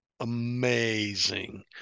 amazing